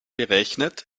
berechnet